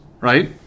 right